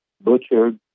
butchered